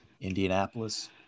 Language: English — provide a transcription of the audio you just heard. Indianapolis